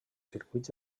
circuits